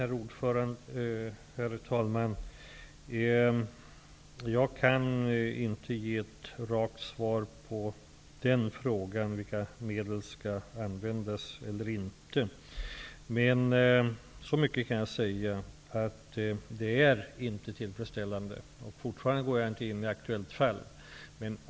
Herr talman! Jag kan inte ge ett rakt svar på frågan om vilka medel som skall användas eller inte. Så mycket kan jag säga att detta inte är tillfredsställande. Jag kan fortfarande inte gå in på det aktuella fallet.